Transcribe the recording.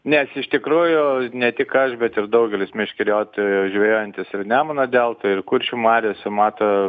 nes iš tikrųjų ne tik aš bet ir daugelis meškeriotojų žvejojantys ir nemuno deltoj ir kuršių mariose mato